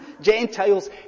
Gentiles